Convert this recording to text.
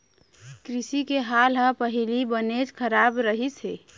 कृषि के हाल ह पहिली बनेच खराब रहिस हे